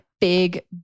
big